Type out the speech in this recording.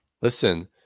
Listen